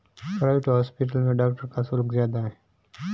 private hospital में doctor का शुल्क ज्यादा है